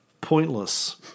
Pointless